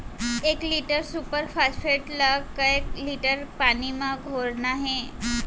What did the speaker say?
एक litre super phosphate ला कए लीटर पानी मा घोरना हे?